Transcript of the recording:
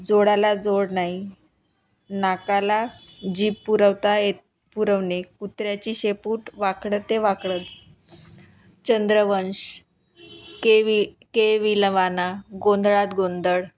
जोडाला जोड नाही नाकाला जीभ पुरवता येत पुरवणे कुत्र्याची शेपूट वाकडं ते वाकडंच चंद्रवंश केवी केविलवाणा गोंधळात गोंधळ